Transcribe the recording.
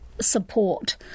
support